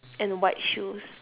and white shoes